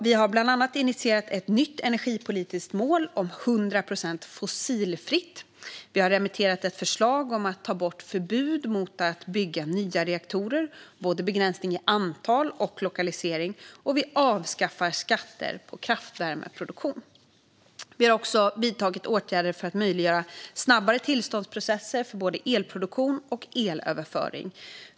Vi har bland annat initierat ett nytt energipolitiskt mål om 100 procent fossilfritt, vi har remitterat ett förslag om att ta bort förbud mot att bygga nya reaktorer, både begränsningen i antal och lokalisering, och vi avskaffar skatter på kraftvärmeproduktion. Vi har också vidtagit åtgärder för att möjliggöra snabbare tillståndsprocesser för både elproduktion och elöverföring.